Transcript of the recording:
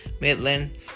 Midland